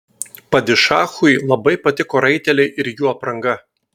padišachui labai patiko raiteliai ir jų apranga